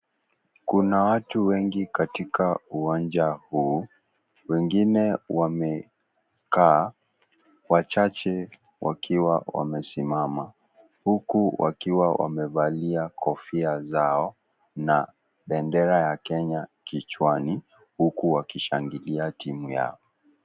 Kuna watu wengi katika uwanja huu. Wengine wamekaa wachache wakiwa wamesimama, huku wakiwa wamevalia kofia zao na bendera ya Kenya kichwani huku wakishangilia timu yao.